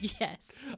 yes